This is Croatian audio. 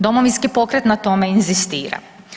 Domovinski pokret na tome inzistira.